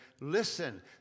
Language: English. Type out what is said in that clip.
Listen